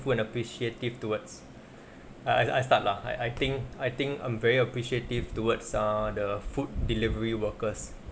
and appreciative towards I I I start lah I I think I think I'm very appreciative towards err the food delivery workers